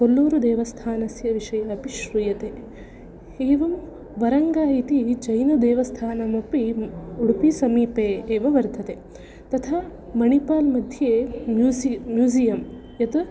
कोल्लूरुदेवस्थानस्य विषये अपि श्रूयते एवं वरङ्ग इति जैनदेवस्थानमपि उडुपिसमीपे एव वर्तते तथा मणिपाल् मध्ये म्यूजिय म्यूझियं यत्